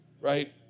right